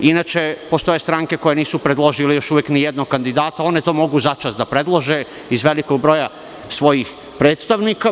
Inače, postoje stranke koje još uvek nisu predložile nijednog kandidata, one to mogu za čas da predlože iz velikog broja svojih predstavnika.